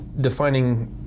defining